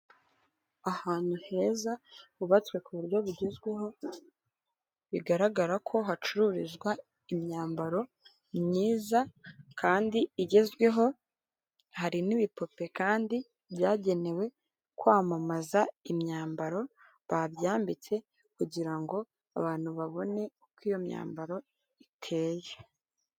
Ahantu heza hubatswe ku buryo bugezweho bigaragara ko hacururizwa imyambaro myiza kandi igezweho. Hari n'ibipupe kandi byagenewe kwamamaza imyambaro babyambitse kugira ngo abantu babone uko iyo myambaro iteye.